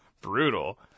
brutal